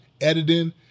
editing